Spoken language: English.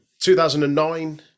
2009